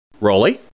Rolly